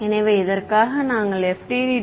எனவே இதற்காக நாங்கள் FDTD